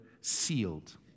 sealed